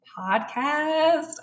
podcast